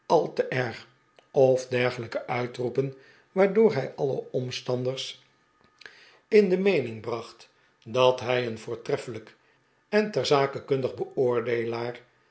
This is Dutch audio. of dergelijke uitroepen waardoor hij alle omstanders in de meening bracht dat hij een voortreffelijk en ter zake kundig beoordeelaar